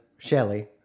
Shelley